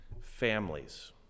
families